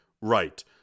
right